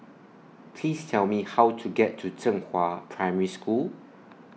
Please Tell Me How to get to Zhenghua Primary School